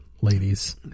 ladies